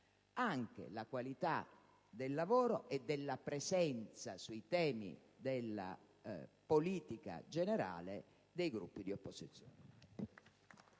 anche la qualità del lavoro e della presenza sui temi della politica generale dei Gruppi di opposizione.